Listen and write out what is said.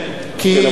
כן.